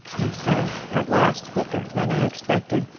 he sank at last quicker than i expected,